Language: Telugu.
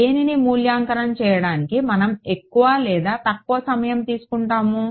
దేనిని మూల్యాంకనం చేయడానికి మనం ఎక్కువ లేదా తక్కువ సమయం తీసుకుంటాము